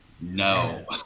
No